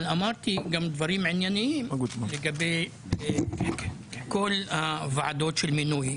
אבל אמרתי גם דברים ענייניים לגבי כל הוועדות של מינוי,